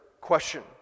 question